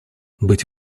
быть